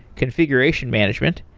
configuration management,